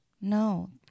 no